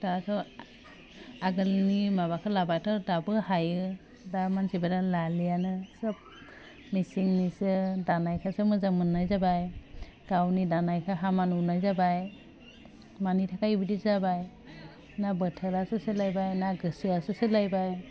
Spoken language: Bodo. दाथ' आगोलनि माबाखौ लाबाथ' दाबो हायो दा मानसिफोरा लालियानो सब मेचिननिसो दानायखौसो मोजां मोननाय जाबाय गावनि दानायखौ हामा नुनाय जाबाय मानि थाखाय बिदि जाबाय ना बोथोरासो सोलायबाय ना गोसोआसो सोलायबाय